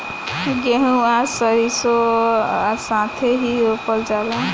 गेंहू आ सरीसों साथेही रोपल जाला